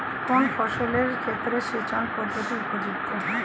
কোন ফসলের ক্ষেত্রে সেচন পদ্ধতি উপযুক্ত?